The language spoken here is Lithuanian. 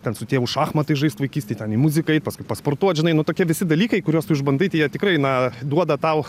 ten su tėvu šachmatais žaist vaikystėj ten į muziką eit paskui pasportuot žinai nu tokie visi dalykai kuriuos tu išbandai tai jie tikrai na duoda tau